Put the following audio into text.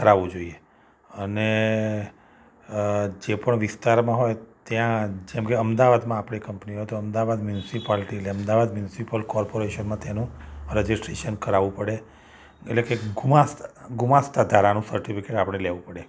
કરાવવું જોઈએ અને જે પણ વિસ્તારમાં હોય ત્યાં જેમ કે અમદાવાદમા આપણી કંપની હોય તો અમદાવાદ મ્યુન્સિપાલટી એટલે અમદાવાદ મ્યુનિસિપલ કૉર્પરેશનમાં તેનું રજિસ્ટ્રેશન કરાવવું પડે એટલે કે ગુમાસ્તા ગુમાસ્તા ધારાનું સર્ટિફિકેટ્ આપણે લેવું પડે